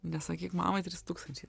nesakyk mamai trys tūkstančiai